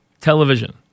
television